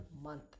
month